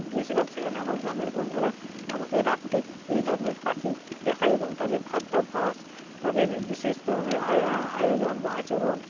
গিয়েছিলাম সেখানে আমার গ্রামের বন্ধুরা আমাকে রাত্রে এই ধরনের পাখি দেখায় এবং তাদের খাদ্যাভ্যাস তাদের বিশেষ ধরনের আয়োজন বা আচরণ